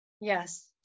Yes